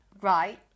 Right